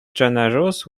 generous